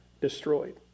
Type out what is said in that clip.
destroyed